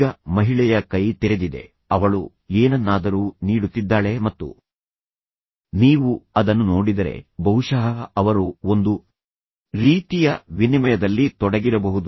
ಈಗ ಮಹಿಳೆಯ ಕೈ ತೆರೆದಿದೆ ಅವಳು ಏನನ್ನಾದರೂ ನೀಡುತ್ತಿದ್ದಾಳೆ ಮತ್ತು ನೀವು ಅದನ್ನು ನೋಡಿದರೆ ಬಹುಶಃ ಅವರು ಒಂದು ರೀತಿಯ ವಿನಿಮಯದಲ್ಲಿ ತೊಡಗಿರಬಹುದು